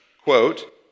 quote